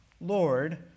Lord